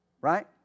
Right